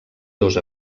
dos